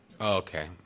Okay